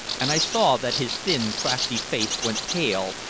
and i saw that his thin, crafty face went pale,